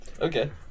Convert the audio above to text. Okay